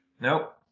Nope